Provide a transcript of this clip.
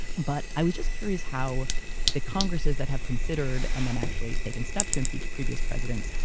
but i was just curious how the congresses that have considered and then actually taken steps to impeach previous presidents,